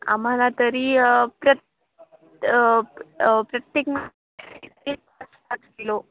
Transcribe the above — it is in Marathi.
आम्हाला तरी प्रत प्रत्येक पाच किलो